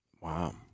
Wow